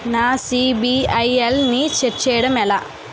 నా సిబిఐఎల్ ని ఛెక్ చేయడం ఎలా?